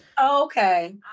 Okay